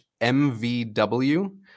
mvw